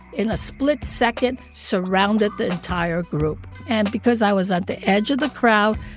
in a split second, surrounded the entire group. and because i was at the edge of the crowd,